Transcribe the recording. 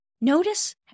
Notice